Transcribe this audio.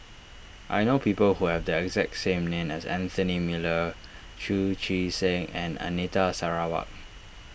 I know people who have the exact same name as Anthony Miller Chu Chee Seng and Anita Sarawak